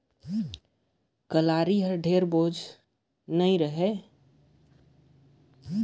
कलारी कर ओजन हर ढेर बगरा नी रहें